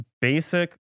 basic